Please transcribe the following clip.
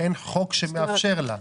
אין חוק שמאפשר לה.